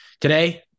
today